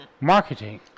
marketing